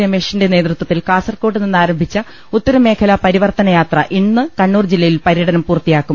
രമേശിന്റെ നേതൃത്വത്തിൽ കാസർകോട്ട് നിന്ന് ആരംഭിച്ച് ഉത്തരമേഖലാ പരി വർത്തന യാത്ര ഇന്ന് കണ്ണൂർ ജില്ലയിൽ പര്യടനം പൂർത്തിയാക്കും